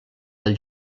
del